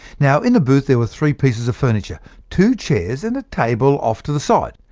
now in the booth, there were three pieces of furniture two chairs, and a table off to the side.